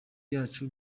yacu